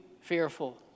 fearful